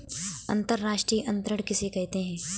अंतर्राष्ट्रीय अंतरण किसे कहते हैं?